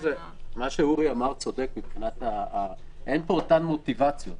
אורי צודק, אין פה אותן מוטיבציה.